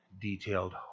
Detailed